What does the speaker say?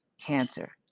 Cancer